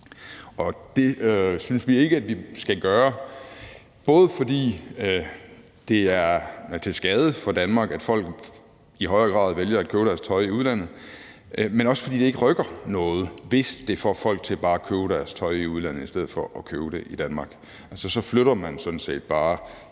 Det synes vi ikke vi skal gøre, både fordi det er til skade for Danmark, at folk i højere grad vælger at købe deres tøj i udlandet, men også fordi det ikke rykker noget, hvis det får folk til bare at købe deres tøj i udlandet i stedet for at købe det i Danmark; så flytter man sådan set bare